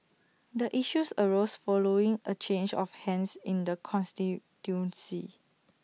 the issues arose following A change of hands in the constituency